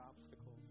obstacles